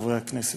וחברי הכנסת,